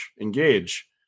Engage